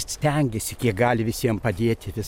stengėsi kiek gali visiem padėti vis